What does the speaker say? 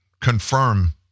confirm